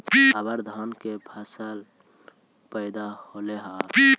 अबर धान के कैसन पैदा होल हा?